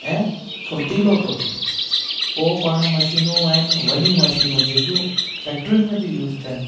ऐं फुर्तीलो थो थिए पोइ पाण मशीनूं आहिनि वॾियूं मशीनूं जेकियूं फ़ैक्ट्रियुनि में थियूं यूस थियनि